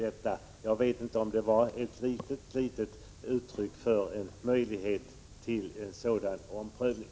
Jag hoppas att hans uttalande var ett litet uttryck för möjligheten till en sådan omprövning.